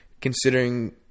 considering